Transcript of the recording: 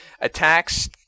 attacks